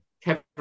Kevin